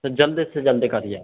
तो जल्द से जल्द करिए